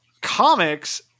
comics